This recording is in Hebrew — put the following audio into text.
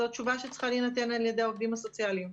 זו תשובה שצריכה להינתן על ידי העובדים הסוציאליים.